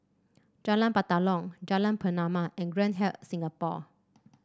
Jalan Batalong Jalan Pernama and Grand Hyatt Singapore